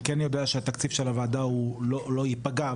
אני כן יודע שהתקציב של הועדה לא יפגע.